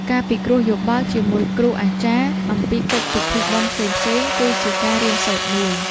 ការពិគ្រោះយោបល់ជាមួយគ្រូអាចារ្យ អំពីកិច្ចពិធីបុណ្យផ្សេងៗ គឺជាការរៀនសូត្រមួយ។